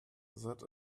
that